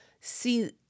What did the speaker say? see